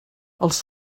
els